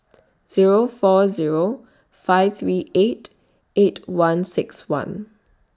Zero four Zero five three eight eight one six one